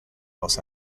los